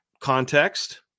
context